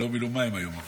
ותקרא את הווטסאפים שלך.